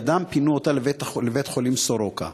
דם פינו אותה לבית-חולים "סורוקה".